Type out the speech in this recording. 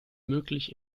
möglich